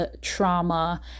trauma